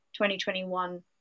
2021